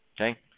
Okay